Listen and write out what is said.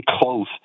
close